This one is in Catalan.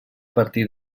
partir